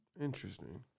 interesting